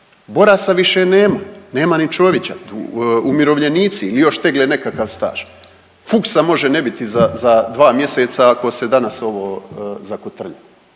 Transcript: Borasa više nema, nema ni Čovića tu, umirovljenici i još tegle nekakav staž. Fuchsa može ne biti za 2 mjeseca ako se danas ovo zakotrlja.